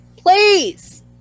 Please